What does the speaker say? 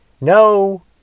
No